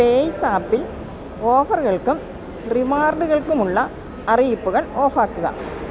പേയ്സാപ്പിൽ ഓഫറുകൾക്കും റിവാർഡുകൾക്കുമുള്ള അറിയിപ്പുകൾ ഓഫാക്കുക